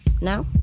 Now